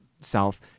self